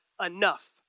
enough